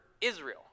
Israel